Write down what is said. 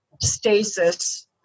stasis